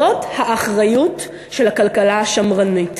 זאת האחריות של הכלכלה השמרנית.